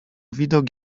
widok